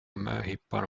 möhippan